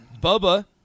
Bubba